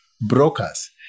brokers